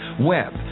web